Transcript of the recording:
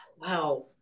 wow